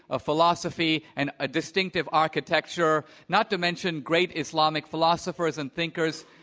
a philosophy and a distinctivearchitecture, not to mention great islamic philosophers and thinkers.